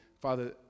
Father